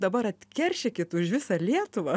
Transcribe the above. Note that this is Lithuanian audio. dabar atkeršykit už visą lietuvą